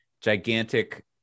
gigantic